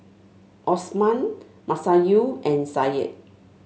Osman Masayu and Said